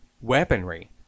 weaponry